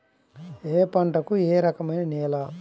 ఏ పంటకు ఏ రకమైన నేల?